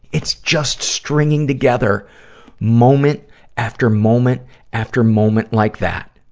it's just stringing together moment after moment after moment like that.